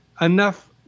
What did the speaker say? enough